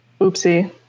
oopsie